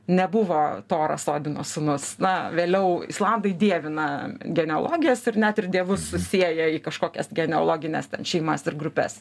nebuvo toras odino sūnus na vėliau islandai dievina genealogijas ir net ir dievus susieja į kažkokias genealogines šeimas ir grupes